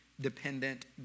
dependent